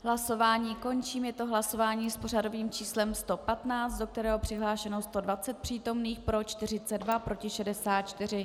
Hlasování končím, je to hlasování s pořadovým číslem 115, do kterého je přihlášeno 120 přítomných, pro 42, proti 64.